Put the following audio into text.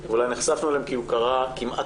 ואולי נחשפנו אליהם כי הוא קרה כמעט